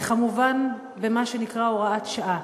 וכמובן, במה שנקרא הוראת שעה.